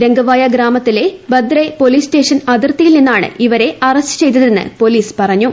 രംഗവായ ഗ്രാമത്തിലെ Badre police station അതിർത്തിയിൽ നിന്നാണ് ഇവരെ അറസ്റ്റ് ചെയ്തതെന്ന് പോലീസ് പറഞ്ഞു